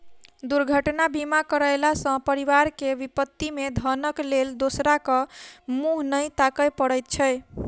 दुर्घटना बीमा करयला सॅ परिवार के विपत्ति मे धनक लेल दोसराक मुँह नै ताकय पड़ैत छै